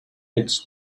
its